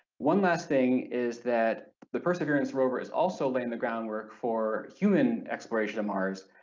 one last thing is that the perseverance rover is also laying the groundwork for human exploration of mars,